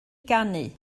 ganu